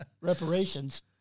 Reparations